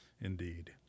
Indeed